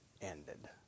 ended